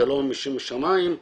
זה לא לשם שמיים,